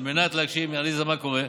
על מנת להגשים, עליזה, מה קורה?